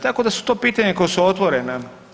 Tako da su to pitanja koja su otvorena.